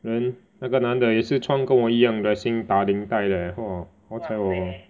then 那个男的也是穿跟我一样 dressing 打领带的 hor 好才我